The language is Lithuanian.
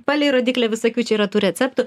palei rodyklę visokių čia yra tų receptų